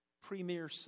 premier